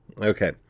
Okay